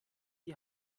die